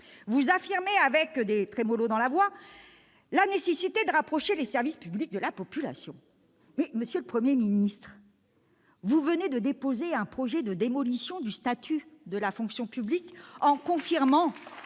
vous affirmez avec des trémolos dans la voix la nécessité de rapprocher les services publics de la population. Mais, monsieur le Premier ministre, vous venez de déposer un projet de démolition du statut de la fonction publique en confirmant